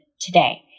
today